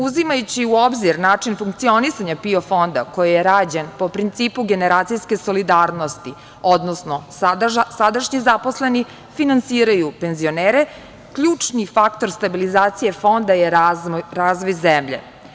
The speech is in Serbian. Uzimajući u obzir način funkcionisanja PIO fonda koji je rađen po principu generacijske solidarnosti, odnosno sadašnji zaposleni finansiraju penzionere, ključni faktor stabilizacije fonda je razvoj zemlje.